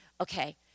Okay